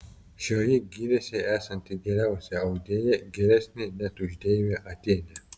šioji gyrėsi esanti geriausia audėja geresnė net už deivę atėnę